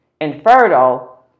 infertile